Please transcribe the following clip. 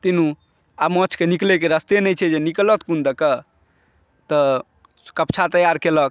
तीनू आब माछकेँ निकलैके रास्ता नहि छै जे निकलत कोन दए कऽ तऽ कप्छा तैयार केलक